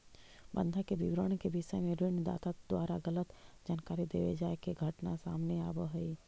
बंधक के विवरण के विषय में ऋण दाता द्वारा गलत जानकारी देवे जाए के घटना सामने आवऽ हइ